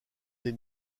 des